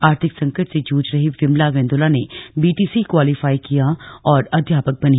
आर्थिक संकट से जूझ रही विमला मेंदोला ने बीटीसी क्वालीफाई किया और अध्यापक बनी